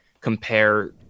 compare